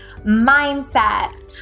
mindset